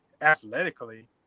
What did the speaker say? athletically